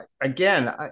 again